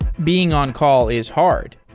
being on-call is hard,